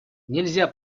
нельзя